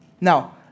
Now